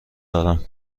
دارم